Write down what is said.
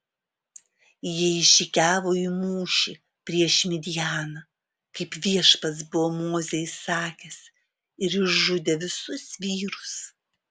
jie išžygiavo į mūšį prieš midjaną kaip viešpats buvo mozei įsakęs ir išžudė visus vyrus